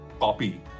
Copy